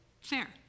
fair